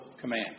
command